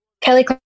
Kelly